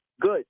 Good